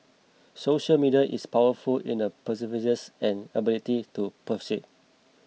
social media is powerful in the pervasiveness and ability to persuade